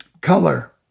color